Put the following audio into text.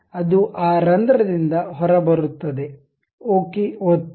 ಆದ್ದರಿಂದ ಅದು ಆ ರಂಧ್ರದಿಂದ ಹೊರಬರುತ್ತದೆ ಓಕೆ ಒತ್ತಿ